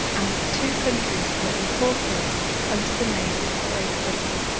and the two countries were incorporated under the name of great britain.